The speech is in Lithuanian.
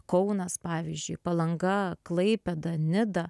kaunas pavyzdžiui palanga klaipėda nida